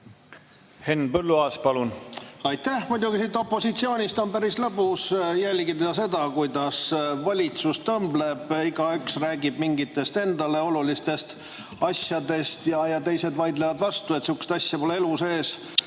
Henn Põlluaas, palun! Aitäh! Muidugi opositsioonist on päris lõbus jälgida seda, kuidas valitsus tõmbleb, igaüks räägib mingitest endale olulistest asjadest ja teised vaidlevad vastu, et sihukest asja pole elu sees